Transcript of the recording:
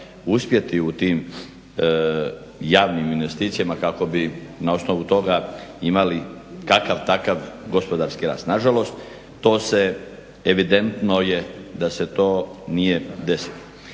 uspjeti u tim javnim investicijama kako bi na osnovu toga imali kakav takav gospodarski rast. Na žalost to se evidentno je da se to nije desilo.